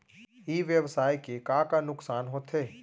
ई व्यवसाय के का का नुक़सान होथे?